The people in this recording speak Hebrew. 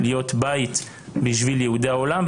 להיות בית בשביל יהודי העולם.